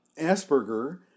Asperger